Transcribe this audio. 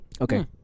Okay